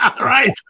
Right